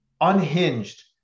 unhinged